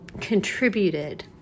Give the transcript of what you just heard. contributed